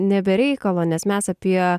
ne be reikalo nes mes apie